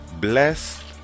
bless